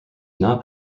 not